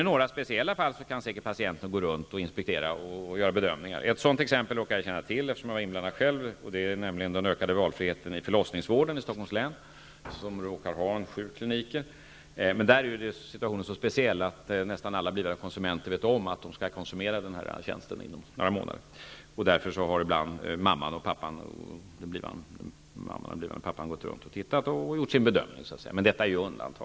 I några speciella fall kan patienten säkert gå runt och inspektera och göra bedömningar. Jag känner till ett sådant exempel, eftersom jag själv var inblandad, och det är den ökade valfriheten i förlossningsvården i Stockholms län, som har sju kliniker. Där är situationen så speciell att nästan alla blivande konsumenter vet om att de skall konsumera den här tjänsten inom några månader, och därför har den blivande mamman och blivande pappan ibland gått runt och tittat och gjort sin bedömning. Men detta är undantag.